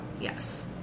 Yes